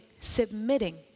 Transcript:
submitting